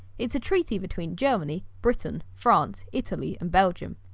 it's a treaty between germany, britain, france, italy and belgium,